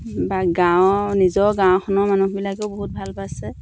বা গাঁৱৰ নিজৰ গাঁওখনৰ মানুহবিলাকেও বহুত ভাল পাইছে